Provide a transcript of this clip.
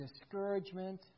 discouragement